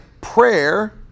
prayer